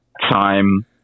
time